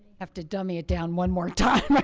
have to dummy it down one more time